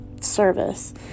service